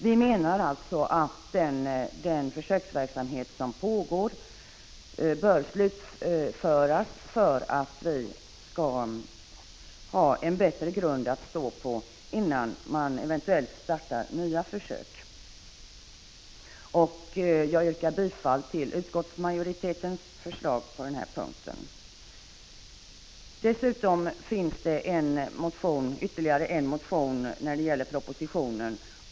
Vi menar alltså att den försöksverksamhet som pågår bör slutföras för att vi skall få en bättre grund att stå på innan nya försök eventuellt startas. Jag yrkar bifall till utskottets hemställan på denna punkt. Dessutom behandlas ytterligare en motion som väckts i anslutning till propositionen.